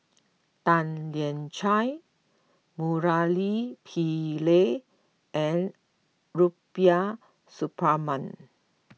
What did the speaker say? Tan Lian Chye Murali Pillai and Rubiah Suparman